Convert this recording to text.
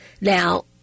Now